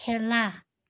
খেলা